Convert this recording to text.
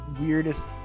weirdest